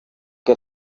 que